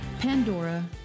Pandora